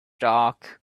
dark